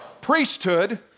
priesthood